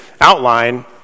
outline